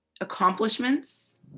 accomplishments